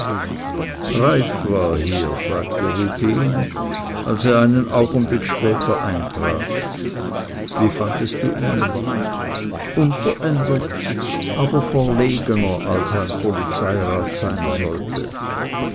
war hier sagte rubehn als er einen augenblick später eintrat wie fandest du ihn unverändert aber verlegener als ein polizeirat sein sollte